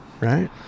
Right